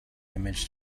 image